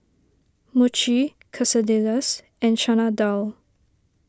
Mochi Quesadillas and Chana Dal